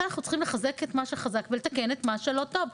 אנחנו צריכים לחזק את מה שחזק ולתקן את מה שלא טוב,